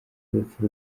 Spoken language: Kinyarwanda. urupfu